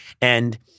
and-